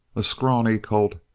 a scrawny colt,